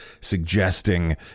suggesting